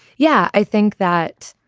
yeah. i think that.